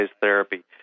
therapy